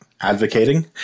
advocating